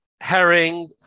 herring